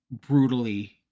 Brutally